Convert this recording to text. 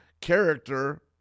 character